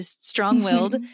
strong-willed